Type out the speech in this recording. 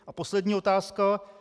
A poslední otázka.